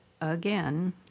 again